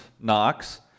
Knox